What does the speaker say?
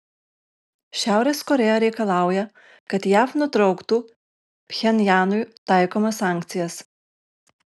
šiaurės korėja reikalauja kad jav nutrauktų pchenjanui taikomas sankcijas